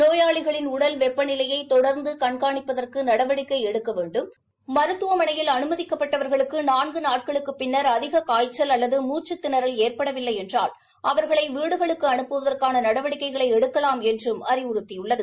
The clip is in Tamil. நோயாளிகளின் உடல் வெப்பநிலையை தொடர்ந்து கண்காணிப்பதற்கு நடவடிக்கை எடுக்க வேண்டும் மருத்துவமனையில் அனுமதிக்கப்பட்டவர்களுக்கு நான்கு நாட்களுக்குப் பின்னா் அதிக காய்ச்சல் அல்லது மூச்சுத்திணறல் ஏற்படவில்லை என்றால் அவாகளை வீடுகளுக்கு அனுப்புவதற்கான நடவடிக்கைகளை எடுக்கலாம் என்றும் அறிவுறுத்தியுள்ளது